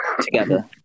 together